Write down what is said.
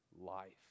life